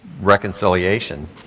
reconciliation